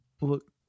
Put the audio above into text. look